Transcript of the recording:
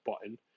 button